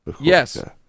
Yes